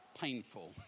painful